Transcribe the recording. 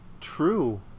true